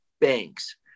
banks